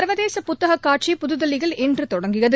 சர்வதேச புத்தக காட்சி புதுதில்லியல் இன்று தொடங்கியது